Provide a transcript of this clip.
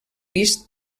vist